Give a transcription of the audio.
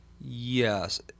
Yes